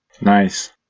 Nice